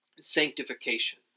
Sanctification